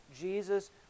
Jesus